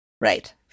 Right